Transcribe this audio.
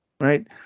right